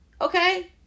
Okay